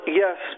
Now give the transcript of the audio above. yes